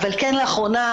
אבל לאחרונה,